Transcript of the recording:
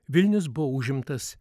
vilnius buvo užimtas